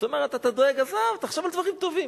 זאת אומרת, אתה דואג, עזוב, תחשוב על דברים טובים.